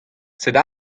setu